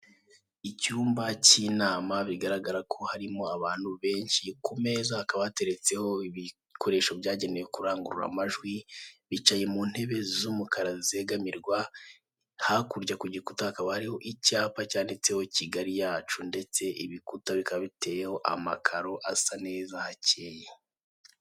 Icyumba cy'inama, bigaragara ko harimo abantu benshi, ku meza hakaba hateretseho ibikoresho byagenewe kurangurura amajwi, bicaye mu ntebe z'umukara zegamirwa, hakurya ku gikuta hakaba hariho icyapa cyanditseho Kigali yacu ndetse ibikuta bikaba biteyeho amakaro asa neza, hakeye.